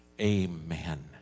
Amen